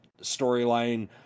storyline